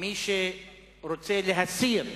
מי שרוצה להסיר מסדר-היום,